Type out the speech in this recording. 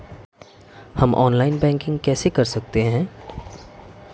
हम online banking कैसे कर सकते हैं?